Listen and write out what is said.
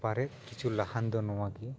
ᱵᱟᱨᱮᱫ ᱠᱤᱪᱷᱩ ᱞᱟᱦᱟᱱ ᱫᱚ ᱱᱚᱣᱟ ᱜᱮ